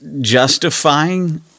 justifying